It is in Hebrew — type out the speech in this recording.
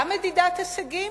גם מדידת הישגים,